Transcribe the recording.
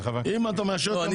דיבור.